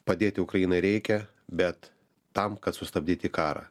padėti ukrainai reikia bet tam kad sustabdyti karą